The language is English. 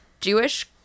Jewish